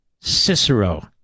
Cicero